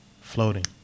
floating